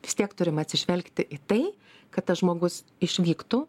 vis tiek turim atsižvelgti į tai kad tas žmogus išvyktų